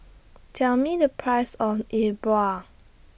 Tell Me The Price of E Bua